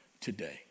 today